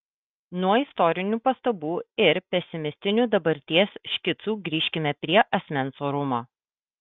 nuo istorinių pastabų ir pesimistinių dabarties škicų grįžkime prie asmens orumo